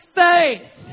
faith